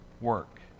work